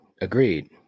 Agreed